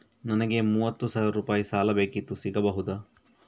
ನನಗೆ ಮೂವತ್ತು ಸಾವಿರ ರೂಪಾಯಿ ಸಾಲ ಬೇಕಿತ್ತು ಸಿಗಬಹುದಾ?